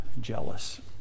jealous